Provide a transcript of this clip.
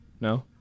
No